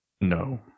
No